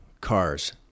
cars